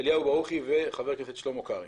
אליהו ברוכי וחבר הכנסת שלמה קרעי.